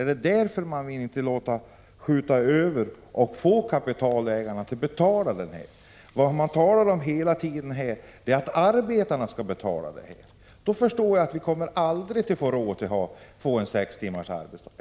Är det därför man inte vill få kapitalägarna att betala arbetstidsförkortningen? Vad man här talar om hela tiden är att arbetarna skall betala reformen. Då förstår jag att vi aldrig kommer att få råd med sex timmars arbetsdag.